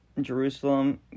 Jerusalem